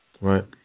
Right